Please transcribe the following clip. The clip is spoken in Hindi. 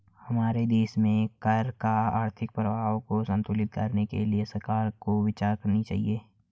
हमारे देश में कर का आर्थिक प्रभाव को संतुलित करने के लिए सरकार को विचार करनी चाहिए